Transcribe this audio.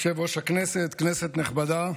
יושב-ראש הכנסת, כנסת נכבדה,